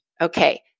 Okay